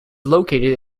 located